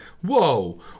whoa